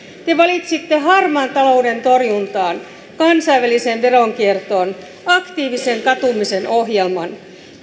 te valitsitte harmaan talouden torjuntaan kansainväliseen veronkiertoon aktiivisen katumisen ohjelman